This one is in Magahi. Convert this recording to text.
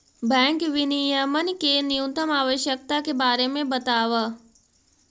बैंक विनियमन के न्यूनतम आवश्यकता के बारे में बतावऽ